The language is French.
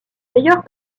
meilleur